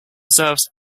reserves